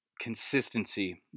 consistency